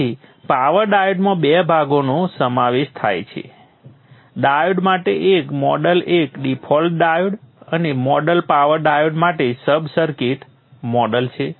તેથી પાવર ડાયોડમાં 2 ભાગોનો સમાવેશ થાય છે ડાયોડ માટે એક મોડલ એક ડિફોલ્ટ ડાયોડ અને મોડલ પાવર ડાયોડ માટે સબ સર્કિટ મોડલ છે